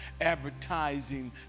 advertising